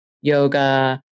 yoga